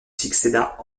succéda